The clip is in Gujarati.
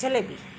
જલેબી